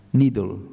needle